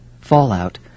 fallout